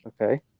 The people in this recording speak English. okay